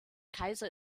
kaiser